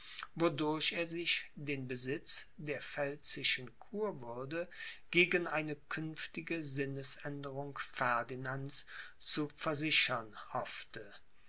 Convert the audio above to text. wodurch er sich den besitz der pfälzischen kurwürde gegen eine künftige sinnesänderung ferdinands zu versichern hoffte